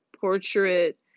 portrait